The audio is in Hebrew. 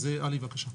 עלי, בקשה.